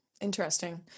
Interesting